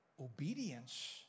obedience